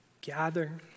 gather